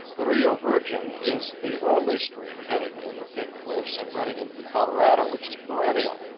the rio virgen is the only stream heading in the pink cliffs and running into the colorado which is perennial.